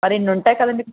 మరి ఇన్ని ఉంటాయి కదండీ